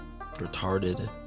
retarded